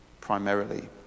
primarily